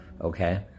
Okay